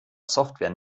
software